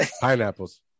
Pineapples